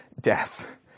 death